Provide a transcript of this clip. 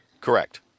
Correct